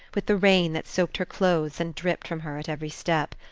with the rain that soaked her clothes and dripped from her at every step.